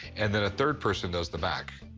and then a third person does the back.